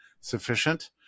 sufficient